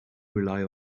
rely